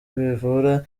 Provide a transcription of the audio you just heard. bivura